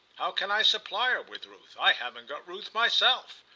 how can i supply her with ruth? i haven't got ruth myself!